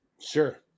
Sure